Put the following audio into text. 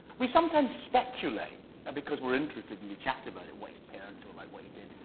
we sometimes speculate because we're interested and we chat about it what his parents were like, what he did.